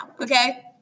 Okay